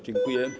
Dziękuję.